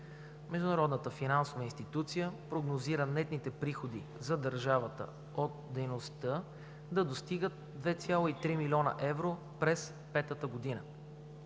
Международната финансова институция прогнозира нетните приходи за държавата от дейността да достигнат 2,3 млн. евро през петата година.